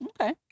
Okay